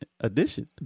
edition